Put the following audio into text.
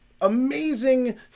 amazing